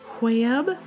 Web